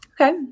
Okay